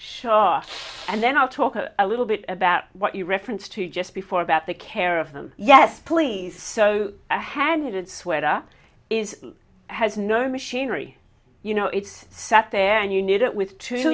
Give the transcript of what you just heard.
shaw and then i'll talk a little bit about what you reference to just before about the care of them yes please so i had knitted sweater is has no machinery you know it's set than you need it with two